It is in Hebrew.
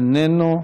איננו.